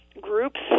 groups